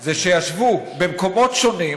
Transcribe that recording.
זה שבמקומות שונים,